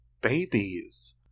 babies